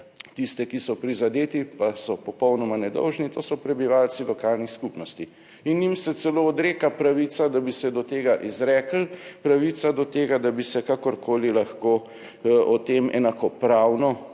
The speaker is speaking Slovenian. tiste, ki so prizadeti pa so popolnoma nedolžni, to so prebivalci lokalnih skupnosti. In jim se celo odreka pravica, da bi se do tega izrekli, pravica do tega, da bi se kakorkoli lahko o tem enakopravno